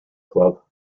club